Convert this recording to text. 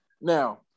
Now